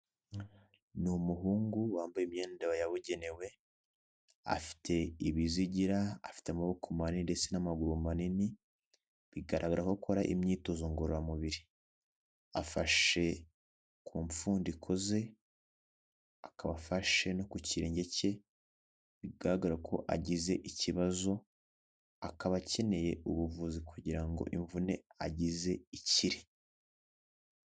Ni umuhungu wambaye imyenda yabugenewe afite ibizigira afite amaboko manini ndetse n'amaguru manini bigaragara ko akora imyitozo ngororamubiri afashe ku mfundiko ze akaba afashe no ku kirenge cye bigaragara ko agize ikibazo akaba akeneye ubuvuzi kugira ngo imvune agize ikire.